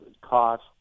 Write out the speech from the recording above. cost